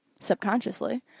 subconsciously